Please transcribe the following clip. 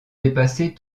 dépasser